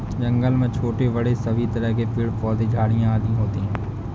जंगल में छोटे बड़े सभी तरह के पेड़ पौधे झाड़ियां आदि होती हैं